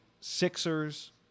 Sixers